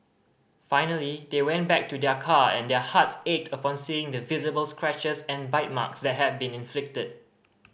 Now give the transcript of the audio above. finally they went back to their car and their hearts ached upon seeing the visible scratches and bite marks that had been inflicted